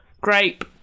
Grape